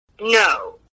No